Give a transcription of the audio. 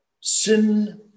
sin